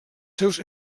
seus